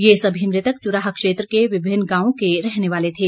ये सभी मृतक चुराह क्षेत्र के विभिन्न गांवों के रहने वाले थे